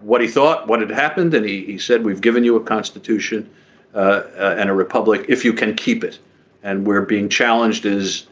what he thought what had happened and he he said we've given you a constitution and a republic if you can keep it and we're being challenged as